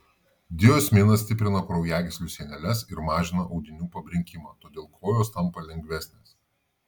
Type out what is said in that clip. diosminas stiprina kraujagyslių sieneles ir mažina audinių pabrinkimą todėl kojos tampa lengvesnės